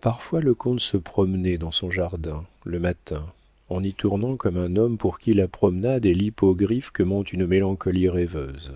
parfois le comte se promenait dans son jardin le matin en y tournant comme un homme pour qui la promenade est l'hippogriffe que monte une mélancolie rêveuse